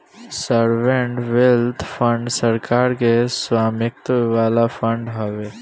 sovereign wealth fund सरकार के स्वामित्व वाला फंड हवे